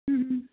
ਹਮ